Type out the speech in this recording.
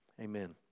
amen